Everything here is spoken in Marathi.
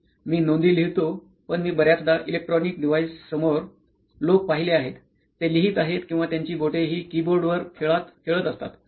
मी नोंदी लिहतो पण मी बर्याचदा इलेक्ट्रॉनिक डिव्होईस समोर लोक पहिले आहेत ते लिहीत आहेत किंवा त्यांची बोटे हि कीबोर्डवर खेळात असतात